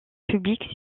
publique